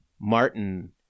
Martin